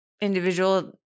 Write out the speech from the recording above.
individual